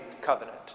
covenant